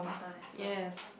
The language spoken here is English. yes